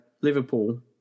Liverpool